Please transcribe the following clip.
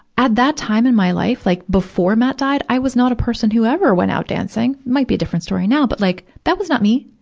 at that time in my life, like before matt died, i was not a person who ever went out dancing. might be a different story now, but like that was not me.